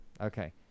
Okay